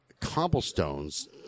cobblestones